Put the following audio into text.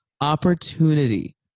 opportunity